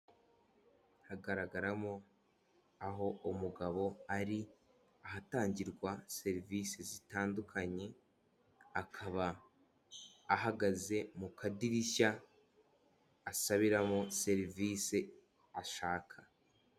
Hagaragaramo aho umugabo ari, ahatangirwa serivisi zitandukanye, akaba ahagaze mu kadirishya asabiramo serivisi ashaka.